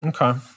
Okay